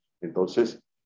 Entonces